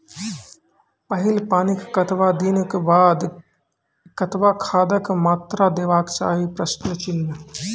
पहिल पानिक कतबा दिनऽक बाद कतबा खादक मात्रा देबाक चाही?